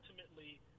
ultimately